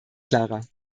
klarer